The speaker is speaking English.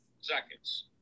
seconds